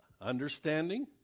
Understanding